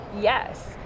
Yes